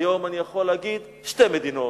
היום אני יכול להגיד: שתי מדינות.